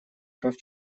прав